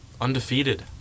Undefeated